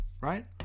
right